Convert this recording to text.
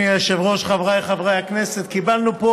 אדוני היושב-ראש, חבריי חברי הכנסת, קיבלנו,